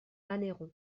anneyron